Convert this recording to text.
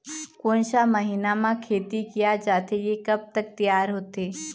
कोन सा महीना मा खेती किया जाथे ये कब तक तियार होथे?